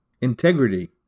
Integrity